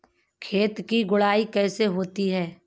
खेत की गुड़ाई कैसे होती हैं?